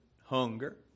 hunger